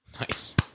Nice